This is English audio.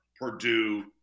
Purdue